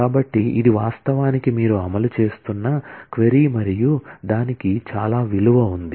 కాబట్టి ఇది వాస్తవానికి మీరు అమలు చేస్తున్న క్వరీ మరియు దానికి చాలా విలువ ఉంది